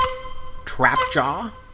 Trapjaw